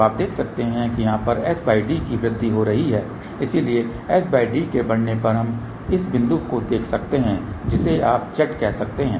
तो देख सकते हैं यहाँ पर sd की वृद्धि हो रही है इसलिए sd के बढ़ने पर हम इस बिंदु पर देख सकते हैं जिसे आप Z कह सकते हैं